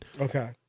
Okay